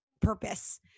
purpose